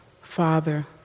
Father